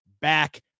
back